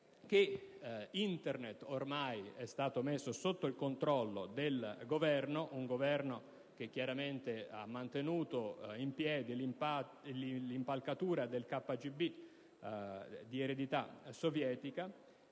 che Internet ormai è stata messa sotto il controllo del Governo: un Governo che ha mantenuto in piedi l'impalcatura del KGB di eredità sovietica.